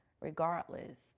regardless